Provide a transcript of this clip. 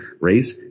race